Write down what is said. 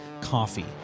coffee